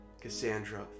Cassandra